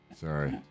Sorry